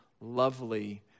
lovely